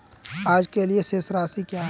आज के लिए शेष राशि क्या है?